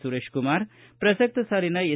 ಸುರೇಶಕುಮಾರ್ ಪ್ರಸಕ್ತ ಸಾಲಿನ ಎಸ್